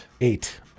eight